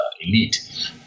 elite